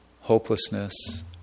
hopelessness